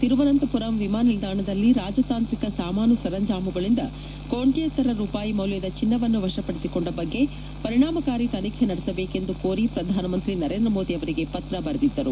ತಿರುವನಂತವುಂ ವಿಮಾನ ನಿಲ್ದಾದಲ್ಲಿ ರಾಜಕಾಂತ್ರಿಕ ಸಾಮಾನು ಸರಂಜಾಮಗಳಂದ ಕೊಡ್ಡುಂತರ ರೂಪಾಯಿ ಮೌಲ್ಯದ ಚಿನ್ನವನ್ನು ವರಪಡಿಕೊಂಡ ಬಗ್ಗೆ ಪರಿಣಾಮಕಾರಿ ತನಿಖೆ ನಡೆಸಬೇಕೆಂದು ಕೋರಿ ಪ್ರಧಾನಿ ನರೇಂದ್ರ ಮೋದಿ ಆವರಿಗೆ ಪತ್ರ ಬರೆದಿದ್ದರು